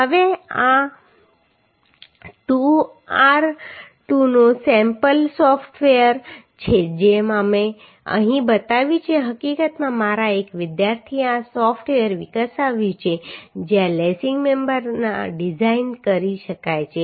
હવે આ રુટનું સેમ્પલ સોફ્ટવેર છે જે અમે અહીં બતાવ્યું છે હકીકતમાં મારા એક વિદ્યાર્થીએ આ સોફ્ટવેર વિકસાવ્યું છે જ્યાં લેસિંગ મેમ્બર ડિઝાઇન કરી શકાય છે